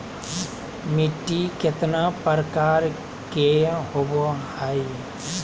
मिट्टी केतना प्रकार के होबो हाय?